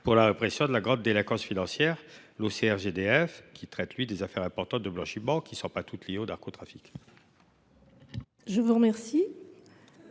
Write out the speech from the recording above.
pour la répression de la grande délinquance financière (OCRGDF), qui traite des affaires importantes de blanchiment, lesquelles ne sont pas toutes liées au narcotrafic. Quel